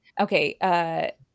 Okay